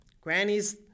Granny's